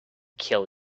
kill